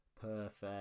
Perfect